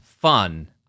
fun